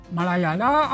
Malayala